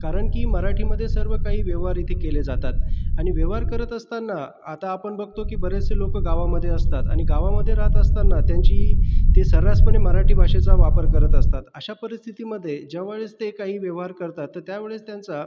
कारण की मराठीमध्ये सर्व काही व्यवहार इथे केले जातात आणि व्यवहार करत असताना आता आपण बघतो की बरेचसे लोकं गावामध्ये असतात आणि गावामध्ये राहत असताना त्यांची ते सर्रासपणे मराठी भाषेचा वापर करत असतात अशा परिस्थितीमधे ज्यावेळेस ते काही व्यवहार करतात तर त्यावेळेस त्यांचा